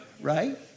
right